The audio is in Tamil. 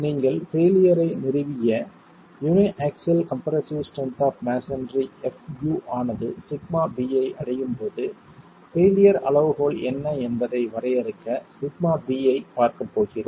நீங்கள் பெயிலியர் ஐ நிறுவிய uniaxial compressive strength of masonry fu ஆனது σb ஐ அடையும் போது பெயிலியர் அளவுகோல் என்ன என்பதை வரையறுக்க σb ஐப் பார்க்கப் போகிறோம்